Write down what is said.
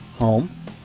home